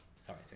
sorry